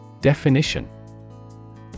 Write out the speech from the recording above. Definition